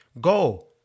Go